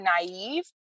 naive